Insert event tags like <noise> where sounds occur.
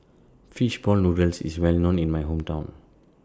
<noise> Fish Ball Noodles IS Well known in My Hometown